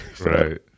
right